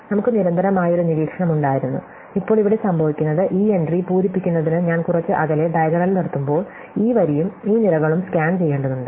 നമുക്ക് നിരന്തരമായ ഒരു നിരീക്ഷണം ഉണ്ടായിരുന്നു ഇപ്പോൾ ഇവിടെ സംഭവിക്കുന്നത് ഈ എൻട്രി പൂരിപ്പിക്കുന്നതിന് ഞാൻ കുറച്ച് അകലെ ഡയഗണൽ നിർത്തുമ്പോൾ ഈ വരിയും ഈ നിരകളും സ്കാൻ ചെയ്യേണ്ടതുണ്ട്